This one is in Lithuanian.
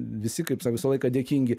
visi kaip sa visą laiką dėkingi